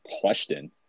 question